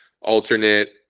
alternate